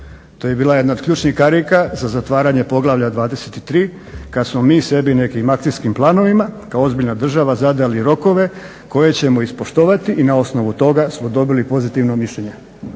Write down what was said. To je bila jedna od ključnih karika za zatvaranje poglavlja 23 kad smo mi sebi nekim akcijskim planovima kao ozbiljna država zadali rokove koje ćemo ispoštovati i na osnovu toga smo dobili pozitivno mišljenje.